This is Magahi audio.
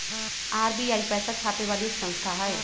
आर.बी.आई पैसा छापे वाली एक संस्था हई